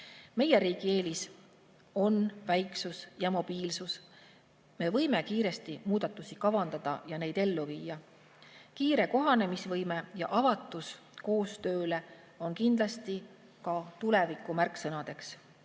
Meie riigi eelis on väiksus ja mobiilsus. Me võime kiiresti muudatusi kavandada ja ellu viia. Kiire kohanemisvõime ja avatus koostööle on kindlasti ka tuleviku märksõnad.